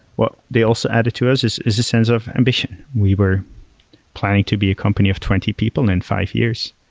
what they also added to us is is the sense of ambition. we were planning to be a company of twenty people in five years.